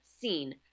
seen